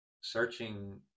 searching